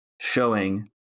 showing